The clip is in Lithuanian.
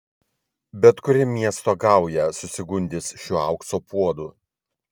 bet kuri miesto gauja susigundys šiuo aukso puodu